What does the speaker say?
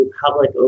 public